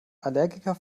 allergiker